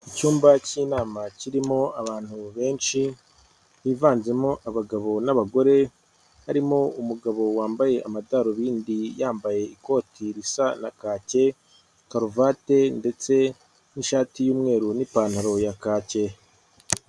Icyumba cy'inama kirimo abantu benshi bivanzemo abagabo n'abagore, harimo umugabo wambaye amadarubindi yambaye ikoti risa na kake, karuvati ndetse n'ishati y'umweru n'ipantaro ya kake.